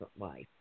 life